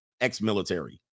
ex-military